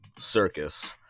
circus